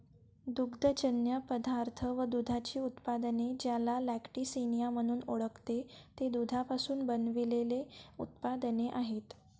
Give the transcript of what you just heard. दुग्धजन्य पदार्थ व दुधाची उत्पादने, ज्याला लॅक्टिसिनिया म्हणून ओळखते, ते दुधापासून बनविलेले उत्पादने आहेत